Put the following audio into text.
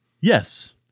yes